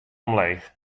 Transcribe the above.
omleech